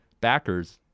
backers